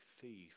thief